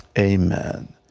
amen.